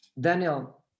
Daniel